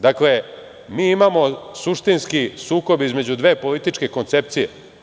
Dakle, mi imamo suštinski sukob između dve političke koncepcije.